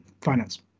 finance